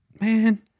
man